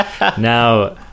now